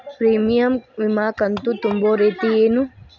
Premium ವಿಮಾ ಕಂತು ತುಂಬೋ ರೇತಿ ಏನು?